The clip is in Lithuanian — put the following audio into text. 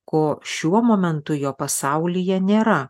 ko šiuo momentu jo pasaulyje nėra